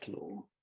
law